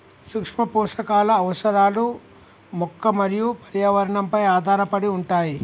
సూక్ష్మపోషకాల అవసరాలు మొక్క మరియు పర్యావరణంపై ఆధారపడి ఉంటాయి